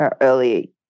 early